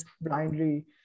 blindly